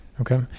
Okay